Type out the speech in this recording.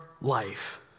life